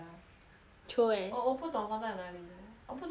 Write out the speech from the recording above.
throw where 我我不懂放在哪里 though 我不懂哪个 notebook